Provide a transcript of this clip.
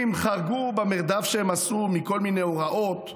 חרגו במרדף שהם עשו מכל מיני הוראות,